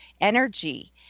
energy